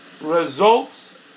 results